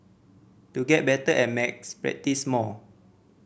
to get better at maths practise more